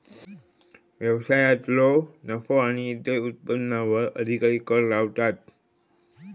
व्यवसायांतलो नफो आणि इतर उत्पन्नावर अधिकारी कर लावतात